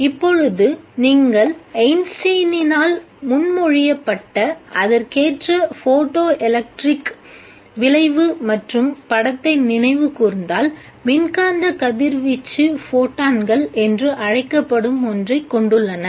இப்பொழுது நீங்கள் ஐன்ஸ்டீனினால் முன்மொழியப்பட்ட அதற்க்கேற்ற ஃபோட்டோஎலெக்ட்ரிக் விளைவு மற்றும் படத்தை நினைவுகூர்ந்தால் மின்காந்த கதிர்வீச்சு ஃபோட்டான்கள் என்று அழைக்கப்படும் ஒன்றைக் கொண்டுள்ளன